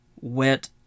wet